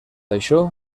això